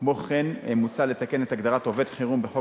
כמו כן מוצע לתקן את הגדרת עובד חירום בחוק